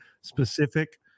specific